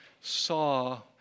saw